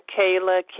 Kayla